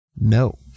No